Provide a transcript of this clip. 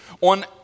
on